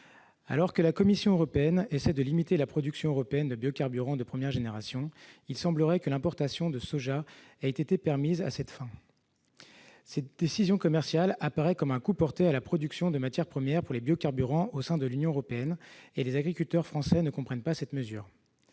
européenne. La Commission européenne essaie de limiter la production européenne de biocarburants de première génération, et il semblerait que l'importation de soja ait été permise à cette même fin. Cette décision commerciale apparaît comme un coup porté à la production de matières premières pour les biocarburants au sein de l'Union européenne, et les agriculteurs français ne comprennent pas cette mesure.